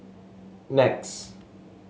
Nex